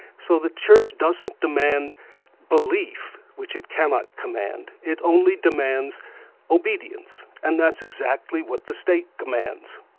so the church doesn't demand belief, which it cannot command, it only demands obedience, and that's exactly what the state commands.